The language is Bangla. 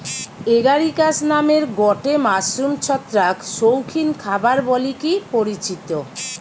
এগারিকাস নামের গটে মাশরুম ছত্রাক শৌখিন খাবার বলিকি পরিচিত